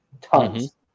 tons